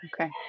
Okay